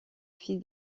fils